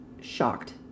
shocked